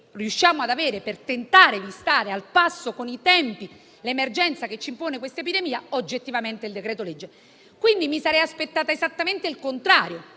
riusciamo ad utilizzare per tentare di stare al passo con i tempi e l'emergenza che ci impone questa epidemia oggettivamente è il decreto-legge. Quindi, mi sarei aspettata esattamente il contrario,